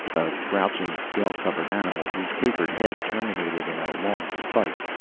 a crouching, scale-covered animal, whose tapered head terminated in a long spike.